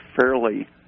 fairly